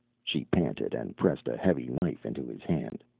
she panted, and pressed a heavy knife into his hand.